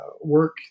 work